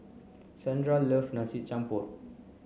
Sandra love Nasi Campur